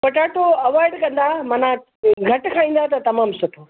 potato avoid कंदा माना घटि खाईंदा त तमामु सुठो